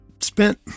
spent